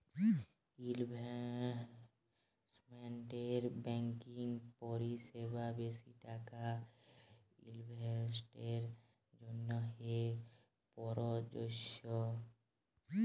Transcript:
investment banking পরিসেবা বেশি টাকা ইলভেস্টের জ্যনহে পরযজ্য